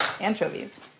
anchovies